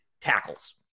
tackles